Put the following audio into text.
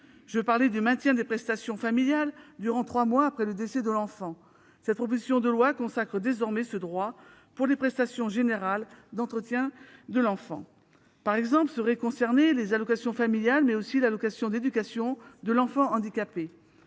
mineur, sur le maintien des prestations familiales durant les trois mois suivant le décès de l'enfant. Cette proposition de loi consacre désormais ce droit pour les prestations générales d'entretien de l'enfant- seraient ainsi concernées, par exemple, les allocations familiales et l'allocation d'éducation de l'enfant handicapé.